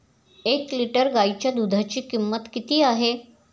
एक लिटर गाईच्या दुधाची किंमत किती आहे?